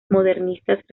modernistas